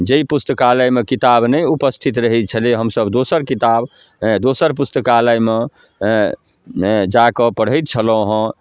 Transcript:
जाहि पुस्तकालयमे किताब नहि उपस्थित रहै छलै हँ हमसभ दोसर किताब अँए दोसर पुस्तकालयमे हेँ हेँ जाकऽ पढ़ैत छलहुँ हँ